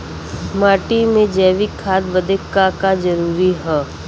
माटी में जैविक खाद बदे का का जरूरी ह?